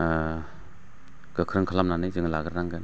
गोख्रों खालामनानै जों लागोरनांगोन